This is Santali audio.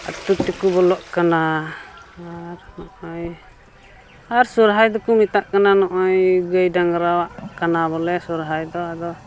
ᱟᱛᱳ ᱛᱮᱠᱚ ᱵᱚᱞᱚᱜ ᱠᱟᱱᱟ ᱟᱨ ᱱᱚᱜᱼᱚᱭ ᱟᱨ ᱥᱚᱦᱨᱟᱭ ᱫᱚᱠᱚ ᱢᱮᱛᱟᱜ ᱠᱟᱱᱟ ᱱᱚᱜᱼᱚᱭ ᱜᱟᱹᱭᱼᱰᱟᱝᱨᱟ ᱟᱜ ᱠᱟᱱᱟ ᱵᱚᱞᱮ ᱥᱦᱨᱟᱭ ᱫᱚ ᱟᱫᱚ